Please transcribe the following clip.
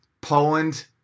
Poland